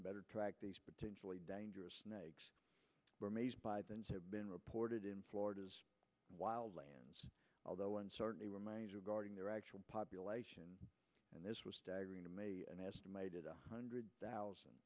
better track these potentially dangerous snakes have been reported in florida's wild lands although uncertainty remains regarding their actual population and this was staggering to me an estimated one hundred thousand